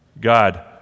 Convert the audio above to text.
God